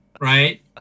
right